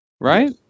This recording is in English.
Right